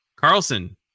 Carlson